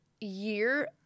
year